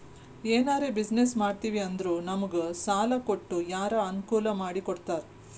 ಎನಾರೇ ಬಿಸಿನ್ನೆಸ್ ಮಾಡ್ತಿವಿ ಅಂದುರ್ ನಮುಗ್ ಸಾಲಾ ಕೊಟ್ಟು ಎಲ್ಲಾ ಅನ್ಕೂಲ್ ಮಾಡಿ ಕೊಡ್ತಾರ್